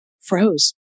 froze